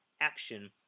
action